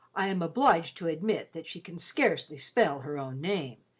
i am obliged to admit that she can scarcely spell her own name,